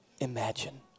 imagine